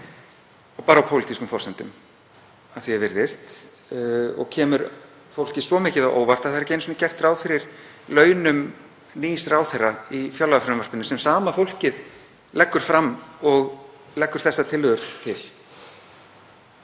og bara á pólitískum forsendum að því er virðist. Þetta kemur fólki svo mikið á óvart að það er ekki einu sinni gert ráð fyrir launum nýs ráðherra í fjárlagafrumvarpinu sem sama fólkið leggur fram og leggur þessar tillögur til.